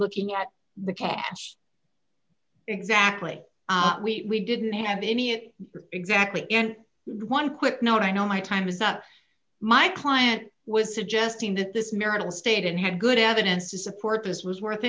looking at the cash exactly we didn't have any it exactly and one quick note i know my time was up my client was suggesting that this marital state and had good evidence to support as was worth